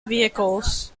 vehicles